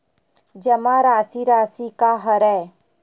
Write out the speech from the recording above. जमा राशि राशि का हरय?